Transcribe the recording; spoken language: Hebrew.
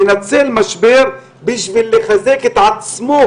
מנצלת משבר בשביל לחזק את עצמה,